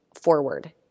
forward